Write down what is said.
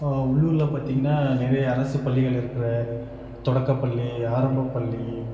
நிறைய அரசு பள்ளிகள் இருக்கிற தொடக்கப்பள்ளி ஆரம்பப்பள்ளி